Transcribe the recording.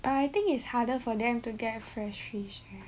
but I think is harder for them to get fresh fish